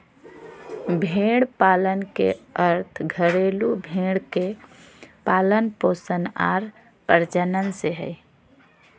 भेड़ पालन के अर्थ घरेलू भेड़ के पालन पोषण आर प्रजनन से हइ